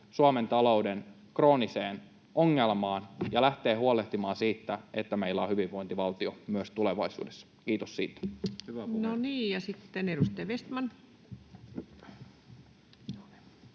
Suomen talouden krooniseen ongelmaan ja lähtee huolehtimaan siitä, että meillä on hyvinvointivaltio myös tulevaisuudessa — kiitos siitä. No niin. — Ja sitten edustaja Vestman.